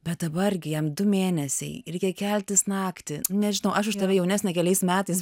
bet dabar gi jam du mėnesiai reikia keltis naktį nežinau aš už tave jaunesnė keliais metais